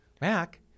Mac